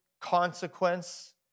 consequence